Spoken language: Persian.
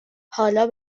حالا